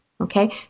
Okay